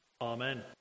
Amen